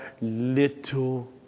little